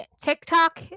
TikTok